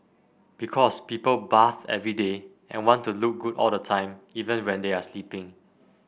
because people bath every day and want to look good all the time even when they are sleeping